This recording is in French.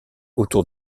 autour